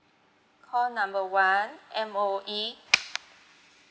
call number one M_O_E